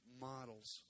models